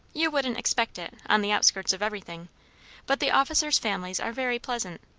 you wouldn't expect it, on the outskirts of everything but the officers' families are very pleasant.